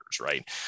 Right